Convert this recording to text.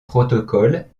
protocole